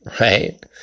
right